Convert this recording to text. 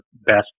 best